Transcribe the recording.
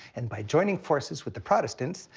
and by joining forces with the protestants,